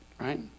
Right